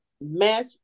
match